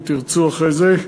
אם תרצו אחרי זה: